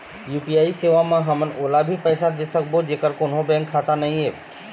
UPI सेवा म हमन ओला भी पैसा दे सकबो जेकर कोन्हो बैंक खाता नई ऐप?